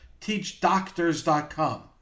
teachdoctors.com